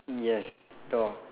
yes door